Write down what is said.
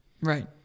Right